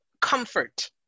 comfort